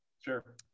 Sure